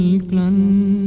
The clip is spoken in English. brooklyn